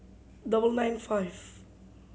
double nine five